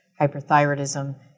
hyperthyroidism